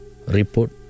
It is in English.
Report